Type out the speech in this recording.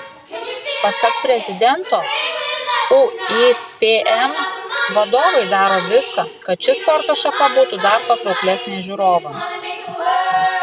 pasak prezidento uipm vadovai daro viską kad ši sporto šaka būtų dar patrauklesnė žiūrovams